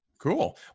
Cool